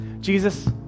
Jesus